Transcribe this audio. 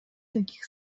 таких